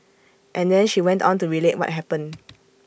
and then she went on to relate what happened